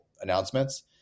announcements